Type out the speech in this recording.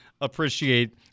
appreciate